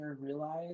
realize